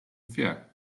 wie